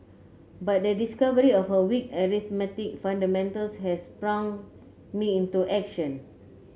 but the discovery of her weak arithmetic fundamentals has sprung me into action